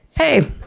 Hey